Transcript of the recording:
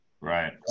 Right